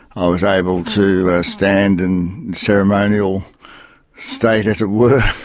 i was able to stand in ceremonial state, as it were,